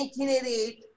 1988